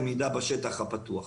למידה בשטח הפתוח.